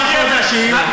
חודשים, תגיד מה שאתה רוצה.